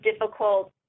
difficult